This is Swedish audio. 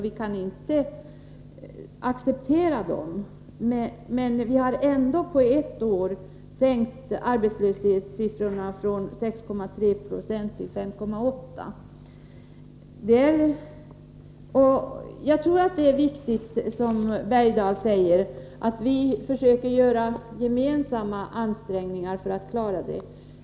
Vi kan inte acceptera dem, men vi har ändå på ett år sänkt arbetslösheten från 6,3 9 till 5,8 90. Jag tror att det är viktigt, som Hugo Bergdahl säger, att vi försöker göra gemensamma ansträngningar för att lösa problemen.